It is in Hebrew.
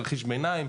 תרחיש ביניים,